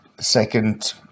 Second